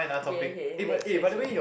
okay okay next okay